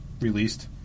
released